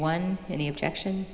one any objection